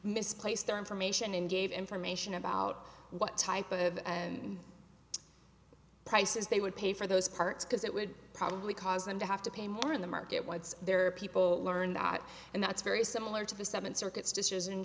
misplaced their information and gave information about what type of and prices they would pay for those parts because it would probably cause them to have to pay more in the market what's there are people learn that and that's very similar to the seventh circuit sisters